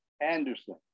Anderson